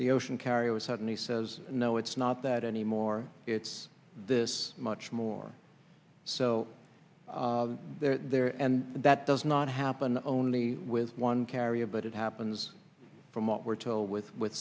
the ocean carrier was suddenly says no it's not that anymore it's this much more so they're there and that does not happen only with one carrier but it happens from what we're told with with